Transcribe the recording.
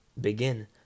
begin